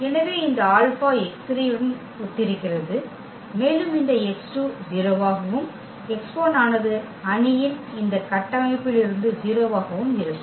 எனவே இந்த alpha x3 உடன் ஒத்திருக்கிறது மேலும் இந்த x 2 0 ஆகவும் x1 ஆனது அணியின் இந்த கட்டமைப்பிலிருந்து 0 ஆகவும் இருக்கும்